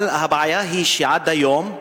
אבל הבעיה היא שעד היום,